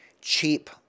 cheap